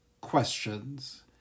questions